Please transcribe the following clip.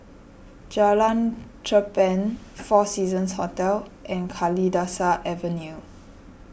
Jalan Cherpen four Seasons Hotel and Kalidasa Avenue